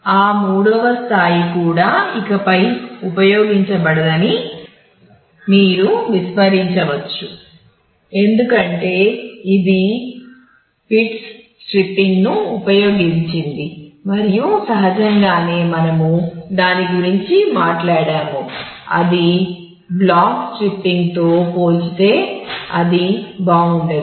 ఆ మూడువ స్థాయి కూడా ఇకపై ఉపయోగించబడదని మీరు విస్మరించవచ్చు ఎందుకంటే ఇది బిట్స్ స్ట్రిప్పింగ్తో పోల్చితే అది బాగుండదు